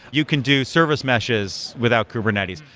you can do service meshes without kubernetes.